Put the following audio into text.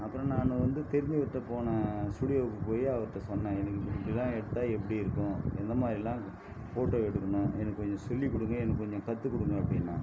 அப்புறம் நான் வந்து தெரிஞ்சவர்ட்ட போனேன் ஸ்டூடியோவுக்கு போய் அவர்ட்ட சொன்னேன் எனக்கு இப்படிலாம் எடுத்தால் எப்படி இருக்கும் எந்த மாதிரிலாம் ஃபோட்டோ எடுக்கணும் எனக்கு கொஞ்சம் சொல்லிக் கொடுங்க எனக்கு கொஞ்சம் கற்றுக் கொடுங்க அப்படின்னேன்